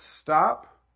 stop